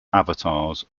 avatars